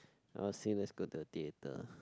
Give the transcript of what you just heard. I would say let's go to a theatre